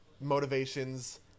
motivations